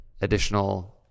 additional